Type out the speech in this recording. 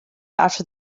after